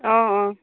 অঁ অঁ